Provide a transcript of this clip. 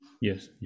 yes